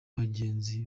bagenzi